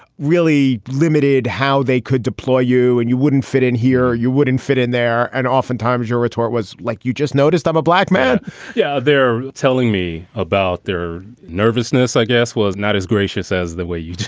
really limited how they could deploy you. and you wouldn't fit in here. you wouldn't fit in there. and oftentimes your retort was like, you just noticed i'm a black man yeah, they're telling me about their nervousness, i guess was not as gracious as the way you.